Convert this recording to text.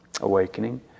awakening